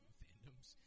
fandoms